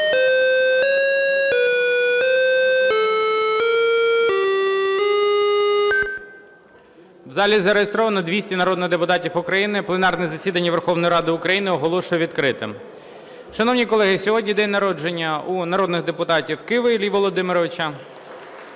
В залі зареєстровано 200 народних депутатів України. Пленарне засідання Верховної Ради України оголошую відкритим. Шановні колеги, сьогодні день народження у народних депутатів Киви Іллі Володимировича